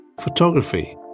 photography